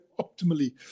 optimally